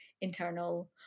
internal